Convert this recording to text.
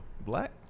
Black